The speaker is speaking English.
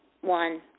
one